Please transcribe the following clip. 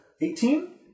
Eighteen